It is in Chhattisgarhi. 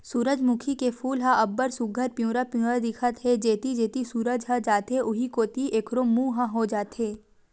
सूरजमूखी के फूल ह अब्ब्ड़ सुग्घर पिंवरा पिंवरा दिखत हे, जेती जेती सूरज ह जाथे उहीं कोती एखरो मूँह ह हो जाथे